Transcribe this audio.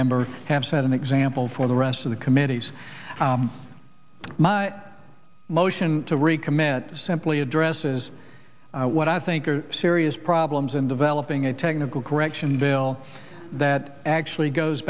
members have set an example for the rest of the committees my motion to recommit simply addresses what i think are serious problems in developing a technical correction bill that actually goes